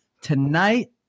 tonight